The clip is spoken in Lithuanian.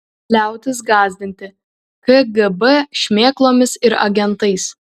liautis gąsdinti kgb šmėklomis ir agentais